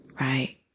right